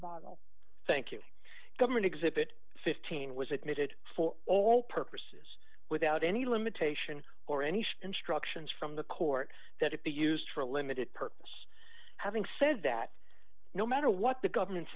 bottle thank you government exhibit fifteen was admitted for all purposes without any limitation or any instructions from the court that it be used for a limited purpose having said that no matter what the government's